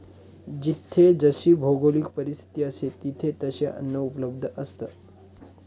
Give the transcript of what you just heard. जिथे जशी भौगोलिक परिस्थिती असते, तिथे तसे अन्न उपलब्ध असतं